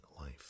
life